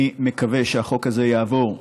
אני מקווה שהחוק הזה יעבור,